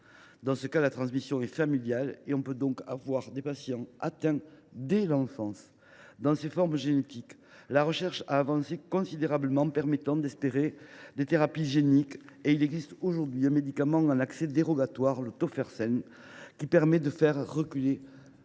Dans ce second cas, la transmission est donc familiale et l’on peut voir des patients atteints dès l’enfance. Pour les formes génétiques, la recherche a avancé considérablement, permettant d’espérer des thérapies géniques. Il existe aujourd’hui un médicament en accès dérogatoire, le Tofersen, qui permet de faire reculer, à tout